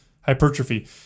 hypertrophy